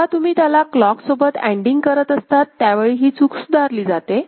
जेव्हा तुम्ही त्याला क्लॉकसोबत अंडींग करत असतात त्यावेळी ही चूक सुधारली जाते